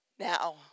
Now